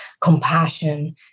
compassion